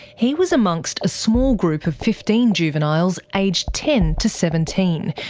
he was amongst a small group of fifteen juveniles aged ten to seventeen,